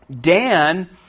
Dan